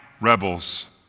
rebels